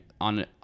on